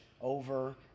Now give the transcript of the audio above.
over